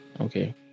okay